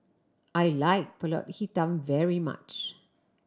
I like Pulut Hitam very much